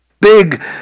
big